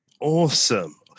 Awesome